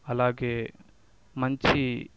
అలాగే మంచి